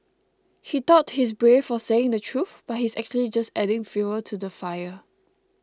he thought he's brave for saying the truth but he's actually just adding fuel to the fire